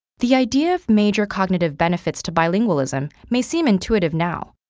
the idea of major cognitive benefits to bilingualism may seem intuitive now,